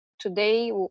Today